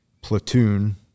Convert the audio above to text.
platoon